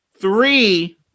three